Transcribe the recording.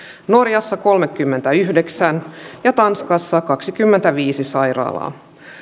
norjassa kolmekymmentäyhdeksän ja tanskassa kaksikymmentäviisi sairaalaa